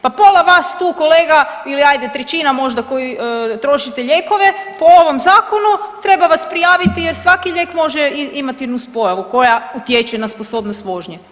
Pa pola vas tu kolega ili ajde trećina možda koji trošite lijekove po ovom zakonu treba vas prijaviti jer svaki lijek može imati nuspojavu koja utječe na sposobnost vožnje.